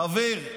חבר.